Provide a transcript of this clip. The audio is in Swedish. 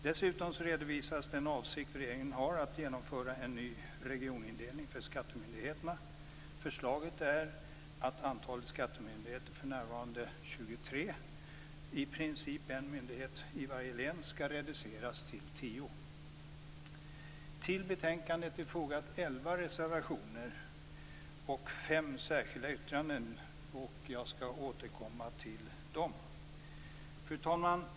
Dessutom redovisas den avsikt regeringen har att genomföra en ny regionindelning för skattemyndigheterna. Förslaget är att antalet skattemyndigheter, som för närvarande är 23 - i princip en myndighet i varje län - skall reduceras till 10. Till betänkandet är fogat elva reservationer och fem särskilda yttranden. Jag skall återkomma till dem. Fru talman!